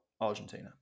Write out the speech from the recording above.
Argentina